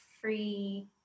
free